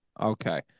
Okay